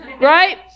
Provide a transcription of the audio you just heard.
right